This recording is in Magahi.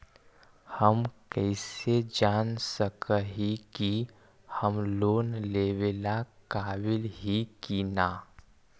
हम कईसे जान सक ही की हम लोन लेवेला काबिल ही की ना?